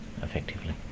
effectively